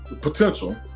potential